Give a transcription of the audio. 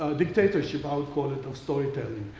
ah dictatorship i would call it of storytelling.